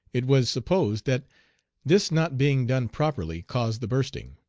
it was supposed that this not being done properly caused the bursting.